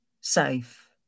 safe